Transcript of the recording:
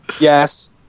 Yes